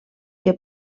que